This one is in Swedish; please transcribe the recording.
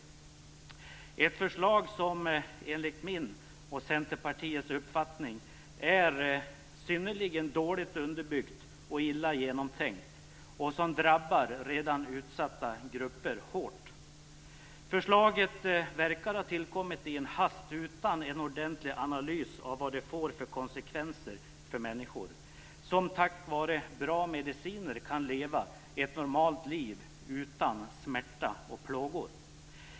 Ett förslag som enligt min och Centerpartiets uppfattning är synnerligen dåligt underbyggt och illa genomtänkt och som drabbar redan utsatta grupper hårt. Förslaget verkar ha tillkommit i en hast utan en ordentlig analys av vad det får för konsekvenser för människor som tack vare bra mediciner kan leva ett normalt liv utan smärta och plågor.